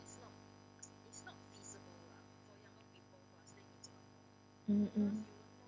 mm mm